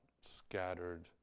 scattered